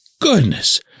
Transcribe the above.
goodness